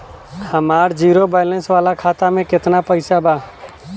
हमार zero balance वाला खाता में केतना पईसा बा?